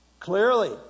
Clearly